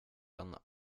den